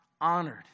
honored